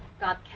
God